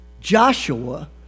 Joshua